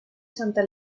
santa